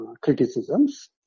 criticisms